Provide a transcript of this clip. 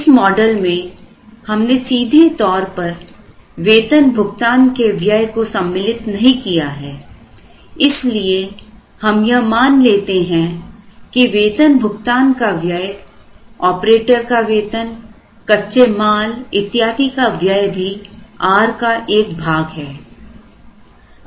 इस मॉडल में हमने सीधे तौर पर वेतन भुगतान के व्यय को सम्मिलित नहीं किया है इसलिए हम यह मान लेते हैं की वेतन भुगतान का व्यय ऑपरेटर का वेतन कच्चे माल इत्यादि का व्यय भी r का एक भाग है